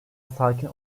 sakin